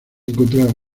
encontrar